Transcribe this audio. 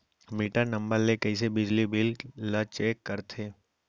Metre number ले कइसे बिजली बिल ल चेक करथे?